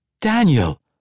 Daniel